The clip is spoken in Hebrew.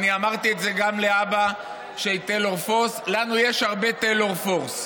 אמרתי את זה גם לאבא של טיילור פורס: לנו יש הרבה טיילור פורס,